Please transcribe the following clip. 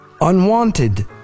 unwanted